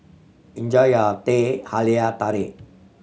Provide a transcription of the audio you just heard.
enjoy your Teh Halia Tarik